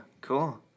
cool